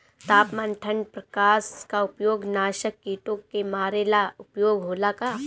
तापमान ठण्ड प्रकास का उपयोग नाशक कीटो के मारे ला उपयोग होला का?